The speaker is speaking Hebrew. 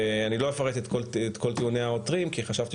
אני לא אפרט את כל טיעוני העותרים כי חשבתי